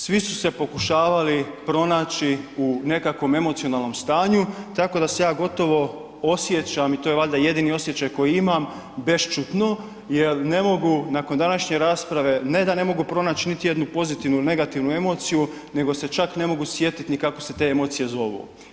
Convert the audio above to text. Svi su se pokušavali pronaći u nekakvom emocionalnom stanju tako da se ja gotovo osjećam i to je valjda jedini osjećaj koji imam bešćutno jer ne mogu nakon današnje rasprave, ne da ne mogu pronaći niti jednu pozitivnu ili negativnu emociju nego se čak ne mogu sjetiti ni kako se te emocije zovu.